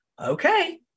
okay